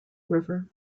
river